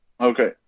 Okay